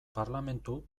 parlementu